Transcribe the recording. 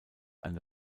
eine